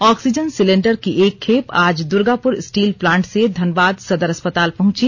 oxygen cylinder की एक खेप आज दुर्गापुर स्टील प्लांट से धनबाद सदर अस्पताल पहुंची